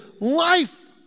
life